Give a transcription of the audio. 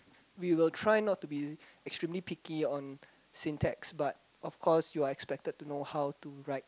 we'll try not to be extremely picky on syn text but of course you're expected to know how to write